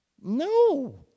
No